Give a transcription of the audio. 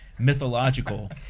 mythological